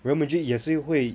Real Madrid 也是会